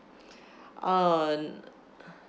uh